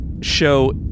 show